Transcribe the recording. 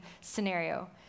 scenario